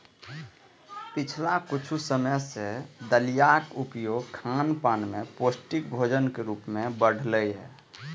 पिछला किछु समय सं दलियाक उपयोग खानपान मे पौष्टिक भोजनक रूप मे बढ़लैए